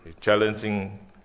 challenging